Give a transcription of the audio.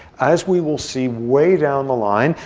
as we will see way down the line,